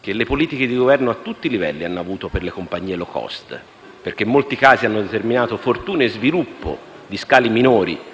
che le politiche di governo a tutti i livelli hanno avuto per le compagnie *low cost*, perché in molti casi hanno determinato fortuna e sviluppo di scali minori